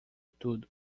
tudo